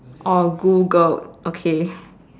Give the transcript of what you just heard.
or Googled okay